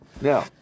Now